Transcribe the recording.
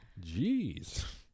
jeez